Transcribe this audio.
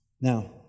Now